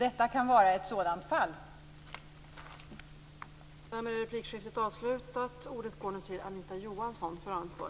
Detta kan vara ett sådant fall.